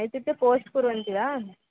इत्युक्ते पोस्ट् कुर्वन्ति वा